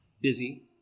busy